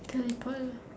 can I call the